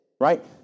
right